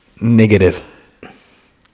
Negative